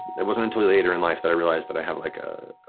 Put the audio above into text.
it wasn't until later in life that i realized that i have like a